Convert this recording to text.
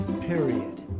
Period